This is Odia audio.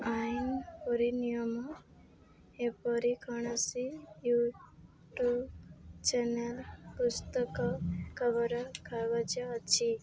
ଆଇନ୍ ପରି ନିୟମ ଏପରି କୌଣସି ୟୁଟ୍ୟୁବ୍ ଚ୍ୟାନେଲ୍ ପୁସ୍ତକ ଖବର କାଗଜ ଅଛି